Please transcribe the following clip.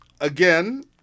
again